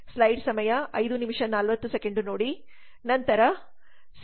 ನಂತರ ಸೇವಾ ಪ್ಯಾಕೇಜ್